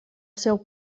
seu